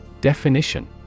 Definition